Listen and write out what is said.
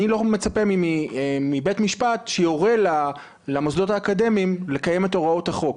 אני לא מצפה מבית משפט שיורה למוסדות האקדמיים לקיים את הוראות החוק.